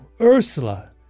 Ursula